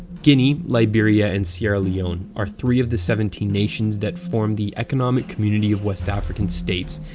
guinea, liberia, and sierra leone are three of the seventeen nations that form the economic community of west african states,